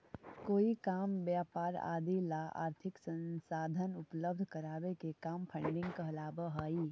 कोई काम व्यापार आदि ला आर्थिक संसाधन उपलब्ध करावे के काम फंडिंग कहलावऽ हई